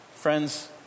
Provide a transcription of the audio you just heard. Friends